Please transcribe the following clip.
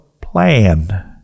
plan